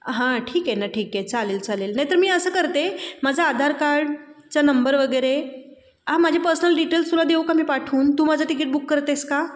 हां ठीक आहे ना ठीक आहे चालेल चालेल नाहीतर मी असं करते माझा आधार कार्डचा नंबर वगैरे हां माझे पर्सनल डिटेल्स तुला देऊ का मी पाठवून तू माझं तिकीट बुक करतेस का